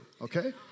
okay